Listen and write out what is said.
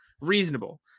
reasonable